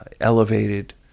elevated